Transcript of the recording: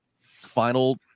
final